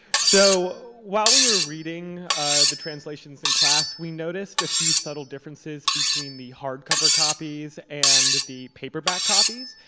so while we were reading the translations in class, we noticed a few subtle differences between the hardcover copies and the paperback copies.